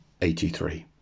83